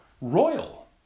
royal